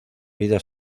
vida